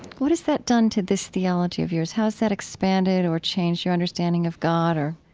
what has that done to this theology of yours? how has that expanded or changed your understanding of god or,